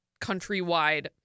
countrywide